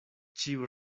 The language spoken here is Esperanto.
ĉiu